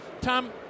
Tom